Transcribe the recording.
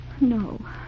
No